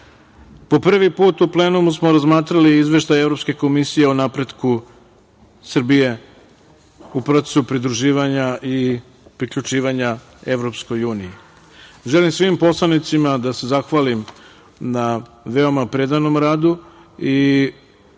Po prvi put u plenumu smo razmatrali i Izvešaj Evropske komisije o napretku Srbije u procesu pridruživanja i priključivanja EU.Želim svim poslanicima da se zahvalim na veoma predanom radu.